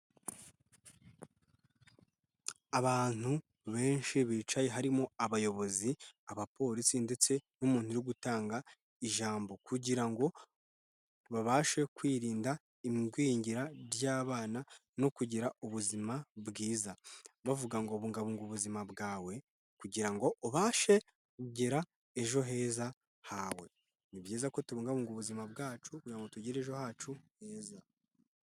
Abantu benshi bicaye, harimo abayobozi, abapolisi ndetse n'umuntu uri gutanga ijambo kugira ngo babashe kwirinda igwingira ry'abana no kugira ubuzima bwiza, bavuga ngo bungabunga ubuzima bwawe kugira ngo ubashe kugira ejo heza hawe, ni byiza ko tubungabunga ubuzima bwacu kugirango ngo tugire ejo hacu heza.